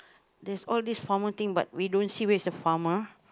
there's all these farmer thing but we don't see where's the farmer